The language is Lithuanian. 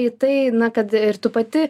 į tai kad ir tu pati